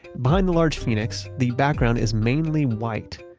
behind the large phoenix, the background is mainly white.